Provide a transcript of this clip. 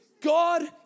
God